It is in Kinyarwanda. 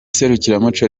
serukiramuco